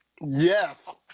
yes